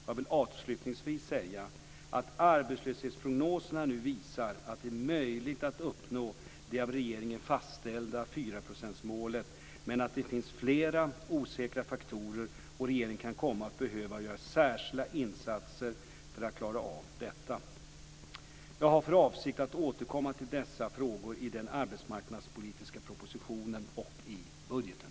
Jag vill avslutningsvis säga att arbetslöshetsprognoserna nu visar att det är möjligt att uppnå det av regeringen fastställda 4-procentsmålet men att det finns flera osäkra faktorer och att regeringen kan komma att behöva göra särskilda insatser för att klara av detta. Jag har för avsikt att återkomma till dessa frågor i den arbetsmarknadspolitiska propositionen och i budgeten.